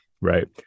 Right